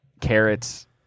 carrots